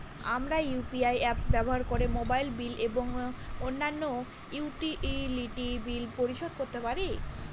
আমরা UPI apps ব্যবহার করে মোবাইল বিল এবং অন্যান্য ইউটিলিটি বিল পরিশোধ করতে পারি